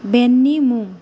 बेन्डनि मुं